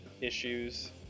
issues